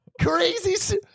Crazy